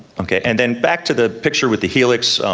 okay, and then back to the picture with the helix,